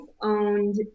owned